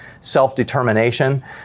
self-determination